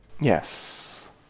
Yes